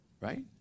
right